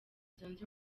zunze